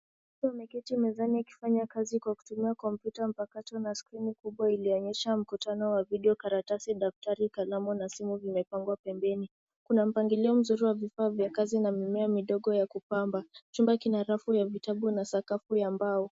Mtu ameketi mezani akifanya kazi kwa kutumia kompyuta mpakato na skrini kubwa iliyoonyesha mkutano wa video , karatasi, daftari, kalamu na simu vimepangwa pembeni. Kuna mpangilio mzuri wa vifaa vya kazi na mimea midogo ya kupamba. Chumba kina rafu ya vitabu na sakafu ya mbao.